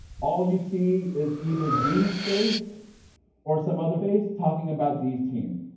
all you see is either dee's face or some other face talking about dee's team.